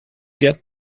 get